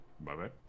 Bye-bye